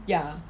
ya